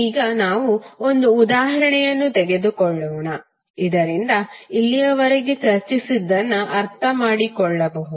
ಈಗ ನಾವು ಒಂದು ಉದಾಹರಣೆಯನ್ನು ತೆಗೆದುಕೊಳ್ಳೋಣ ಇದರಿಂದ ಇಲ್ಲಿಯವರೆಗೆ ಚರ್ಚಿಸಿದ್ದನ್ನು ಅರ್ಥಮಾಡಿಕೊಳ್ಳಬಹುದು